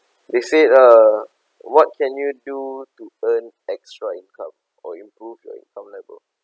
they said uh what can you do to earn extra income or improve your income level